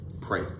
Pray